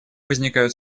возникают